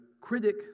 critic